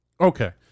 Okay